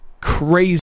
crazy